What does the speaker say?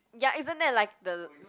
ya isn't that like the